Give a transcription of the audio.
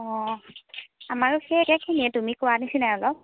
অঁ আমাৰো সেই একেখিনিয়েই তুমি কোৱা নিচিনাই অলপ